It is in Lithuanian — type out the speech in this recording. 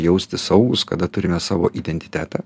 jaustis saugūs kada turime savo identitetą